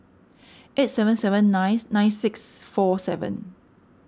eight seven seven nine nine six four seven